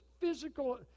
physical